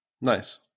Nice